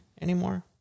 anymore